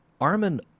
Armin